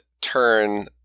turn